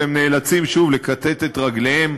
והם נאלצים שוב לכתת את רגליהם